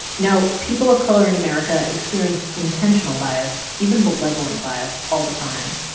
now, people of color in america experience intentional bias, even malevolent bias all the time,